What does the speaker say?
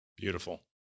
Beautiful